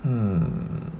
mm